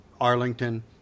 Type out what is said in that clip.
Arlington